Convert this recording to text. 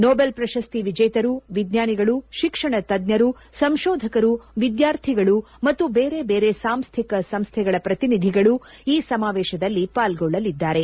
Nobel ಪ್ರಶಸ್ತಿ ವಿಜೇತರು ವಿಜ್ಞಾನಿಗಳು ಶಿಕ್ಷಣ ತಜ್ಞರು ಸಂಶೋಧಕರು ವಿದ್ಯಾರ್ಥಿಗಳು ಮತ್ತು ಬೇರೆ ಬೇರೆ ಸಾಂಸ್ಥಿಕ ಸಂಸ್ಥೆಗಳ ಪ್ರತಿನಿಧಿಗಳು ಈ ಸಮಾವೇಶದಲ್ಲಿ ಪಾಲ್ಗೊಳ್ಳಲಿದ್ದಾರೆ